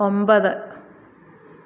ഒമ്പത്